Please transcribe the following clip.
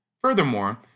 Furthermore